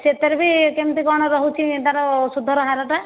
ସେଥିରେ ବି କେମିତି କ'ଣ ରହୁଛି ତା'ର ସୁଧର ହାରଟା